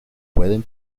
pueden